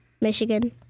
Michigan